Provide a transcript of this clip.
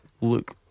look